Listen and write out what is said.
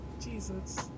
Jesus